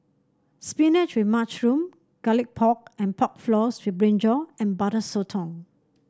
spinach with mushroom Garlic Pork and Pork Floss with brinjal and Butter Sotong